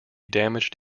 damaged